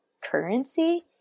currency